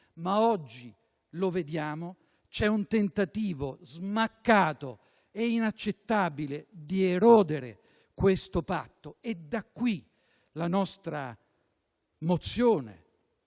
però - lo vediamo - c'è un tentativo smaccato e inaccettabile di erodere questo patto e da qui la nostra mozione.